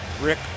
Rick